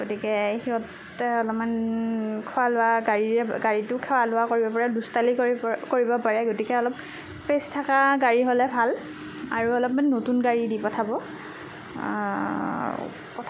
গতিকে সিহঁতে অলপমান খোৱা লোৱা গাড়ীৰে গাড়ীতো খোৱা লোৱা কৰিব পাৰে দুষ্টালি কৰি কৰিব পাৰে গতিকে অলপ স্পেচ থকা গাড়ী হ'লে ভাল আৰু অলপমান নতুন গাড়ী দি পঠাব